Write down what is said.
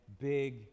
big